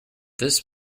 this